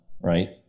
right